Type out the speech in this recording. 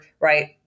right